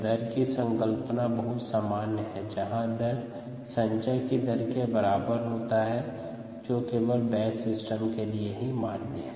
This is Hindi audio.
दर की संकल्पना बहुत सामान्य है जहां दर संचय की दर के बराबर होता हैं जो केवल बैच सिस्टम के लिए ही मान्य है